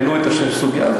העלו את הסוגיה הזאת.